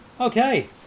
okay